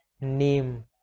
name